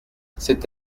c’est